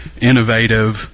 innovative